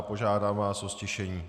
Požádám vás o ztišení.